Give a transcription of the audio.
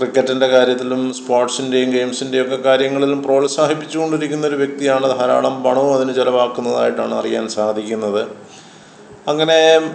ക്രിക്കറ്റിൻ്റെ കാര്യത്തിലും സ്പോർട്സിന്റേം ഗെയിംസിൻ്റെയൊക്കെ കാര്യങ്ങളിലും പ്രോത്സാഹിപ്പിച്ചുകൊണ്ടിരിക്കുന്ന ഒരു വ്യക്തിയാണ് ധാരാളം പണവും അതിന് ചെലവാക്കുന്നതായിട്ടാണ് അറിയാൻ സാധിക്കുന്നത് അങ്ങനെ